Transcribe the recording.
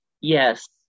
yes